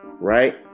right